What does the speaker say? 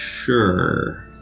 Sure